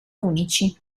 unici